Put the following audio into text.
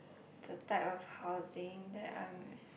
the type of housing that I'm eh